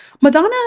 Madonna